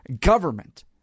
government